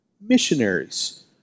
missionaries